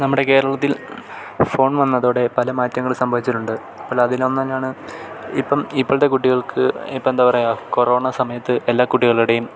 നമ്മുടെ കേരളത്തിൽ ഫോൺ വന്നതോടെ പല മാറ്റങ്ങളും സംഭവിച്ചിട്ടുണ്ട് അപ്പോൾ അതിലൊന്നുതന്നെയാണ് ഇപ്പം ഇപ്പോഴത്തെ കുട്ടികൾക്ക് ഇപ്പോള് എന്താണ് പറയുക കൊറോണ സമയത്ത് എല്ലാ കുട്ടികളുടെയും